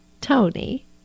Tony